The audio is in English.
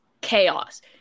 chaos